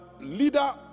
leader